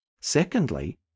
Secondly